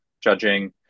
judging